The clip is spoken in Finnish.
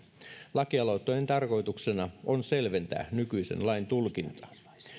lakialoitteen tarkoituksena on selventää nykyisen lain tulkintaa